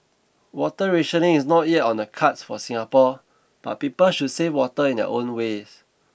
water rationing is not yet on the cards for Singapore but people should save water in their own ways